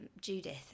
Judith